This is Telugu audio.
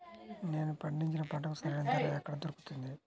నేను పండించిన పంటకి సరైన ధర ఎక్కడ దొరుకుతుంది?